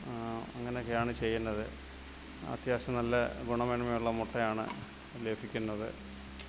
അങ്ങനെയൊക്കെയാണ് ചെയ്യുന്നത് അത്യാവശ്യം നല്ല ഗുണമേന്മയുള്ള മുട്ടയാണ് ലഭിക്കുന്നത്